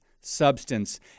substance